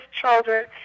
children